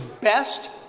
best